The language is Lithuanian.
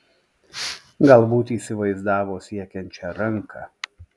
galbūt įsivaizdavo siekiančią ranką